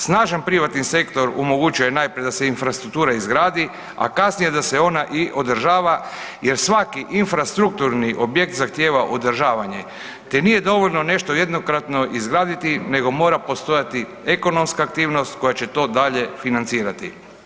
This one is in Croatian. Snažan privatni sektor omogućuje najprije da se infrastruktura izgradi a kasnije da se ona i održava jer svaki infrastrukturni objekt zahtijeva održavanje te nije dovoljno nešto jednokratno izgraditi nego mora postojati ekonomska aktivnost koja će to dalje financirati.